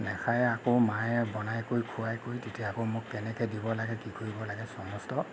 নেখায় আকৌ মায়ে বনাই কৰি খুৱাই কৰি তেতিয়া আকৌ মোক কেনেকৈ দিব লাগে কি কৰিব লাগে সমষ্ট